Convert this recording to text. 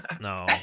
No